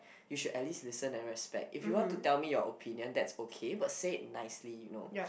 you should at least listen and respect if you want to tell me your opinion that's okay but say it nicely you know